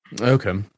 okay